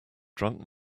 drunk